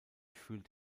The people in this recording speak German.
fühlt